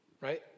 right